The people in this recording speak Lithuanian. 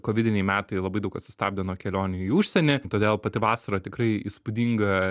kovidiniai metai labai daug ką sustabdė nuo kelionių į užsienį todėl pati vasara tikrai įspūdinga